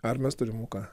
ar mes turim luką